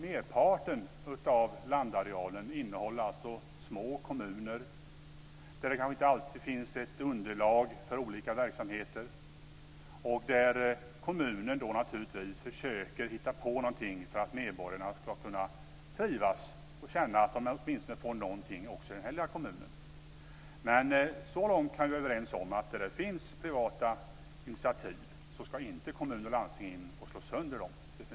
Merparten av landarealen innehåller små kommuner där det inte alltid finns ett underlag för olika verksamheter och där kommuner försöker hitta på någonting så att medborgarna ska trivas och känna att det finns någonting även i den lilla kommunen. Så långt kan vi vara överens om att där det finns privata initiativ ska kommuner och landsting definitivt inte få slå sönder dem.